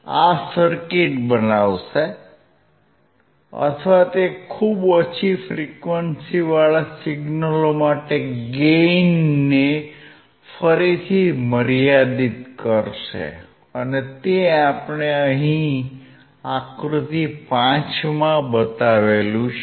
આ સર્કિટ બનાવશે અથવા તે ખૂબ ઓછી ફ્રીક્વંસીવાળા સિગ્નલો માટે ગેઇન ને ફરીથી મર્યાદિત કરશે અને તે આપણે અહીં આકૃતિ 5 માં બતાવ્યું છે